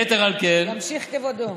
ימשיך כבודו.